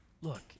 look